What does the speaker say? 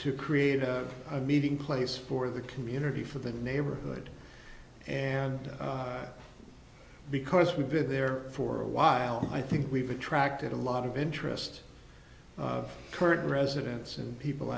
to create a meeting place for the community for the neighborhood and because we've been there for a while i think we've attracted a lot of interest of current residents and people